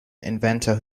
inventor